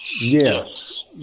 yes